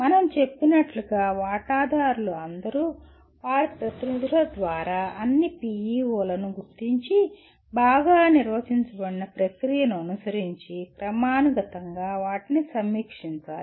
మనం చెప్పినట్లుగా వాటాదారులు అందరూ వారి ప్రతినిధుల ద్వారా అన్నిPEO లను గుర్తించి బాగా నిర్వచించిన ప్రక్రియను అనుసరించి క్రమానుగతంగా వాటిని సమీక్షించాలి